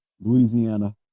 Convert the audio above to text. Louisiana